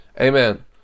Amen